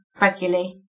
regularly